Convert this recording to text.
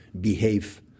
behave